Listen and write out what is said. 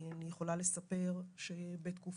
אני יכולה לספר שבתקופת